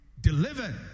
delivered